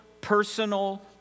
personal